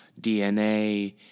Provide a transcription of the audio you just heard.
DNA